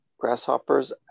Grasshoppers